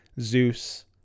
Zeus